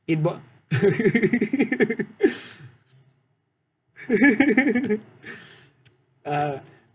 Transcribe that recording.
eh but ah